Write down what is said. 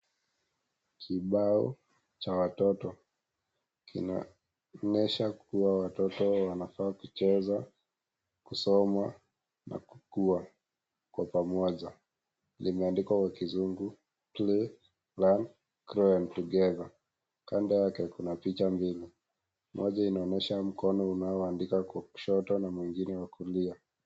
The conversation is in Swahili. Kibao cha watoto kinaonesha kuwa watoto wanafaa kucheza kusoma na kukua kwa pamoja limeandikwa kwa kizungu play learn and grow together kando yake kuna picha mbili moja inaonyesha mkono unaoandika kwa kushoto na mwingine ni wa kulia .